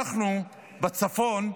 בצפון,